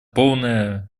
полная